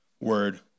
word